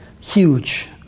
huge